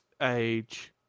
age